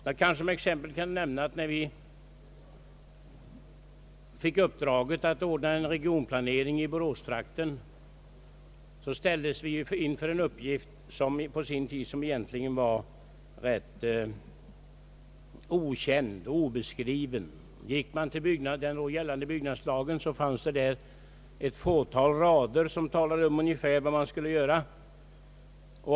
Jag kan som exempel nämna att när vi fick uppdraget att ordna en regionplanering i Boråstrakten ställdes vi på sin tid inför en uppgift som var rätt okänd och obeskriven. Gick man till den då gällande byggnadslagen fann man där ett fåtal rader som talade om ungefär vad man skulle göra.